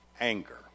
anger